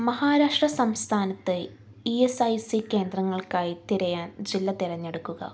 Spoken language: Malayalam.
മഹാരാഷ്ട്ര സംസ്ഥാനത്ത് ഇ എസ് ഐ സി കേന്ദ്രങ്ങൾക്കായി തിരയാൻ ജില്ല തിരഞ്ഞെടുക്കുക